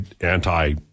anti